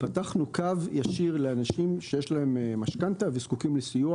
פתחנו קו ישיר לאנשים שיש להם משכנתא וזקוקים לסיוע.